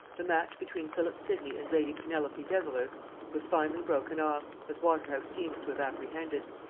the match between philip sidney and lady penelope devereux was finally broken off, as waterhouse seems to have apprehended.